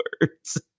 words